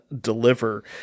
deliver